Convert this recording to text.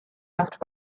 laughed